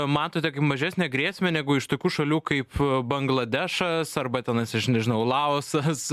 matote kaip mažesnę grėsmę negu iš tokių šalių kaip bangladešas arba tenais aš nežinau laosas